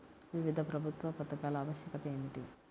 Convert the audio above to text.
వివిధ ప్రభుత్వా పథకాల ఆవశ్యకత ఏమిటి?